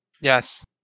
Yes